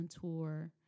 tour